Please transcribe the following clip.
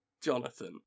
Jonathan